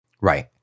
Right